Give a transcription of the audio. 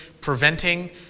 preventing